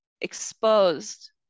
exposed